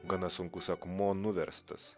gana sunkus akmuo nuverstas